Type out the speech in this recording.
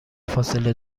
فاصله